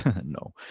No